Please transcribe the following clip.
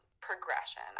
progression